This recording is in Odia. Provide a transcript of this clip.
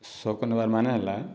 ସଉକ ନେବାର ମାନେ ହେଲା